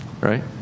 right